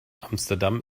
amsterdam